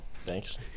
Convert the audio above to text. Thanks